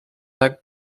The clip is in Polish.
tak